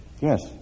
Yes